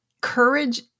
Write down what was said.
courage